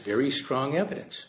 very strong evidence